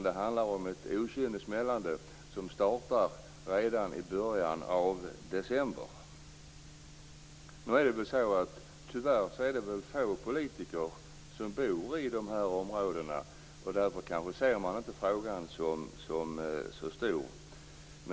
Det handlar om ett okynnessmällande som startar redan i början av december. Tyvärr är det få politiker som bor i dessa områden. Därför kanske de inte anser att frågan är så stor.